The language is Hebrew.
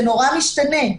זה נורא משתנה.